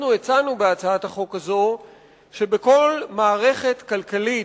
אנחנו הצענו בהצעת החוק הזאת שבכל מערכת כלכלית